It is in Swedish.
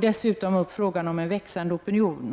dessutom upp frågan om en växande opinion.